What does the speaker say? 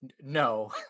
no